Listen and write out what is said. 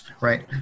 right